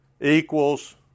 equals